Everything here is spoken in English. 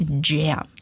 jam